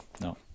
no